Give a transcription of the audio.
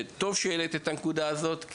טוב שהעלית את הנקודה הזאת,